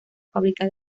fábrica